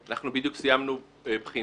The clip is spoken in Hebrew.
אנחנו בדיוק סיימנו בחינה.